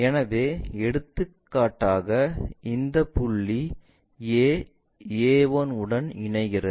எனவே எடுத்துக்காட்டாக இந்த புள்ளி A A1 உடன் இணைகிறது